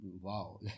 wow